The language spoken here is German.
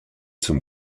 zum